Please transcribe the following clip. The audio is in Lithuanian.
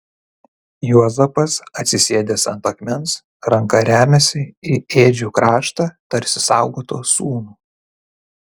juozapas atsisėdęs ant akmens ranka remiasi į ėdžių kraštą tarsi saugotų sūnų